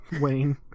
Wayne